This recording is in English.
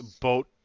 boat